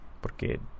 porque